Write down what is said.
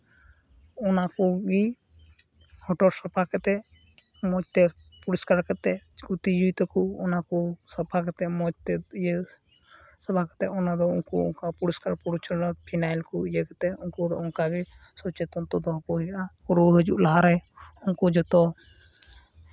ᱚᱱᱟ ᱠᱚᱜᱮ ᱦᱚᱴᱚᱨ ᱥᱟᱯᱷᱟ ᱠᱟᱛᱮᱫ ᱢᱚᱡᱽ ᱛᱮ ᱯᱚᱨᱤᱥᱠᱟᱨ ᱠᱟᱛᱮᱫ ᱠᱚ ᱛᱤᱡᱩᱭ ᱛᱟᱠᱚ ᱚᱱᱟ ᱠᱚ ᱥᱟᱯᱷᱟ ᱠᱟᱛᱮᱫ ᱢᱚᱡᱽ ᱛᱮ ᱥᱟᱯᱷᱟ ᱠᱟᱛᱮᱫ ᱚᱱᱟ ᱫᱚ ᱩᱝᱠᱩ ᱚᱝᱠᱟ ᱯᱚᱨᱤᱥᱠᱟᱨ ᱯᱚᱨᱤᱪᱷᱚᱱᱱᱚ ᱯᱷᱤᱱᱟᱭᱤᱞ ᱠᱚ ᱤᱭᱟᱹ ᱠᱟᱛᱮᱫ ᱩᱝᱠᱩ ᱫᱚ ᱚᱝᱠᱟ ᱜᱮ ᱥᱚᱪᱮᱛᱚᱱ ᱛᱚ ᱫᱚᱦᱚ ᱠᱚ ᱦᱩᱭᱩᱜᱼᱟ ᱨᱳᱜᱽ ᱦᱟᱡᱩᱜ ᱞᱟᱦᱟ ᱨᱮ ᱩᱝᱠᱩ ᱡᱚᱛᱚ